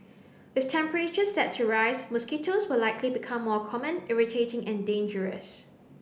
with temperatures set to rise mosquitoes will likely become more common irritating and dangerous